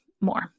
more